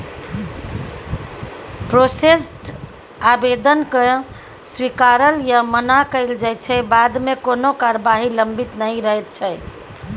processed आबेदनकेँ स्वीकारल या मना कएल जाइ छै बादमे कोनो कारबाही लंबित नहि रहैत छै